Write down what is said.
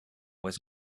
was